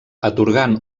atorgant